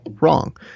wrong